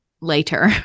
later